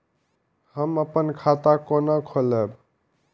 हम अपन खाता केना खोलैब?